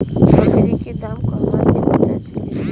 बकरी के दाम कहवा से पता चली?